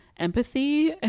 empathy